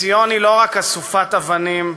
ציון היא לא רק אסופת אבנים,